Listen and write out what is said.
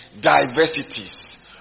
Diversities